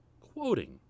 quoting